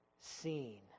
seen